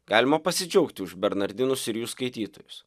galima pasidžiaugti už bernardinus ir jų skaitytojus